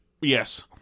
Yes